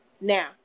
Now